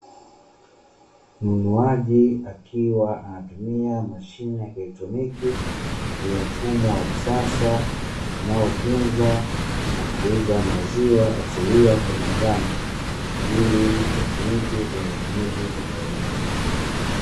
Mnunuaji akiwa anatumia mashine ya kielektroniki yenye mfumo wa kisasa unaotunza na kuuza maziwa asilia kwa binadamu, ili yatumike kwa matumizi tofauti.